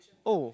oh